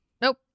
Nope